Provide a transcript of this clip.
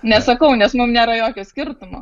nesakau nes nėra jokio skirtumo